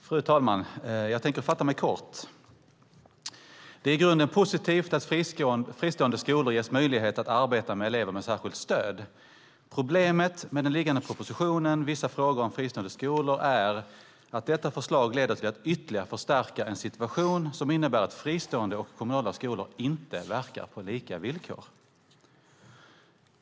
Fru talman! Jag tänkte fatta mig kort. Det är i grunden positivt att fristående skolor ges möjlighet att arbeta med elever med särskilt stöd. Problemet med den föreliggande propositionen, Vissa frågor om fristående skolor , är att detta förslag leder till att ytterligare förstärka en situation som innebär att fristående och kommunala skolor inte verkar på lika villkor.